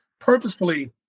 purposefully